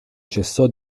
cessò